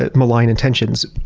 ah malign intentions.